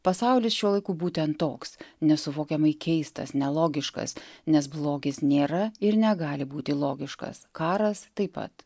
pasaulis šiuo laiku būtent toks nesuvokiamai keistas nelogiškas nes blogis nėra ir negali būti logiškas karas taip pat